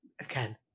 again